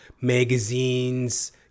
magazines